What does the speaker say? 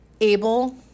able